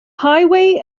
highway